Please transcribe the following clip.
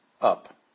Up